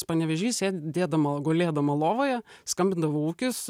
panevėžy sėdėdama gulėdama lovoje skambindavau ūkis